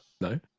no